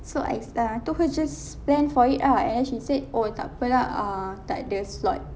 so I sai~ uh I told her just plan for it ah and then she said oh tak apa lah err tak ada slot